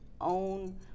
own